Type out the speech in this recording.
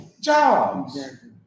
jobs